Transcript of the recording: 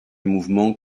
mouvements